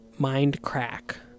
Mindcrack